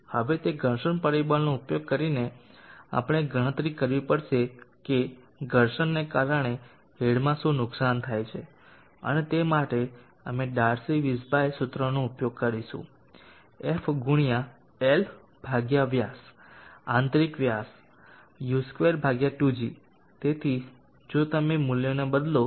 હવે તે ઘર્ષણ પરિબળનો ઉપયોગ કરીને આપણે ગણતરી કરવી પડશે કે ઘર્ષણને કારણે હેડમાં શું નુકસાન થાય છે અને તે માટે અમે ડાર્સી વીઝબાચ સૂત્રનો ઉપયોગ કરીશું f ગુણ્યા L વ્યાસઆંતરિક વ્યાસ u22g તેથી જો તમે મૂલ્યોને બદલો તો તમને 18